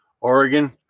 Oregon